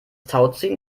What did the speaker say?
tauziehen